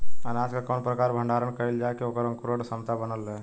अनाज क कवने प्रकार भण्डारण कइल जाय कि वोकर अंकुरण क्षमता बनल रहे?